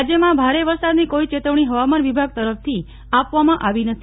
રાજયમાં ભારે વરસાદ ની કોઈ ચેતવણી હવામાન વિભાગ તરફથી આપવામાં આવી નથી